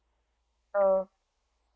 uh